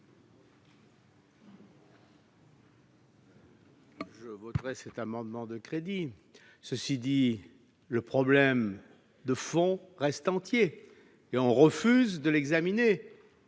Je voterai cet amendement. Toutefois, le problème de fond reste entier et on refuse de l'examiner